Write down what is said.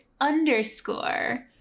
underscore